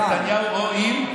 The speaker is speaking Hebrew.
עם נתניהו או עם?